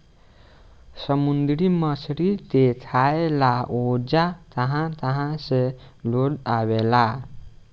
समुंद्री मछली के खाए ला ओजा कहा कहा से लोग आवेला